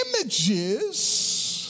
images